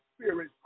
Spirit